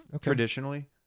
traditionally